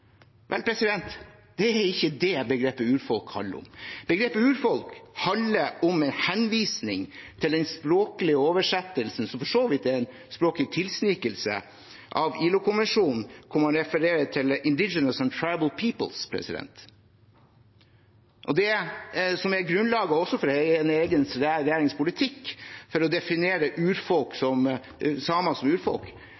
Vel, det er ikke det begrepet urfolk handler om. Begrepet «urfolk» handler om en henvisning til den språklige oversettelsen, som for så vidt er en språklig tilsnikelse, av ILO-konvensjonen, hvor man refererer til «indigenous peoples» and «tribal peoples». Det som er grunnlaget også for regjeringens politikk for å definere samer som urfolk,